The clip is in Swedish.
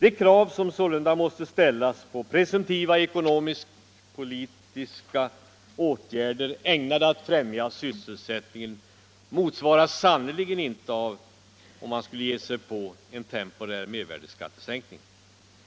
De krav som sålunda måste ställas på presumtiva ekonomisk-politiska åtgärder, ägnade att främja sysselsättningen, motsvaras sannerligen inte av effekterna av en temporär mervärdeskattesänkning.